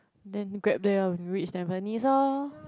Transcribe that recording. then grab there ah when we reach Tampines orh